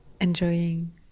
enjoying